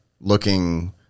looking